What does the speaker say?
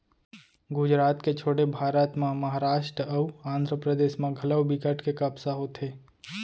गुजरात के छोड़े भारत म महारास्ट अउ आंध्रपरदेस म घलौ बिकट के कपसा होथे